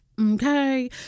okay